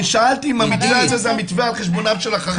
אני שאלתי אם המתווה הזה זה המתווה על חשבונם של החרדים?